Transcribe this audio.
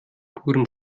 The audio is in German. purem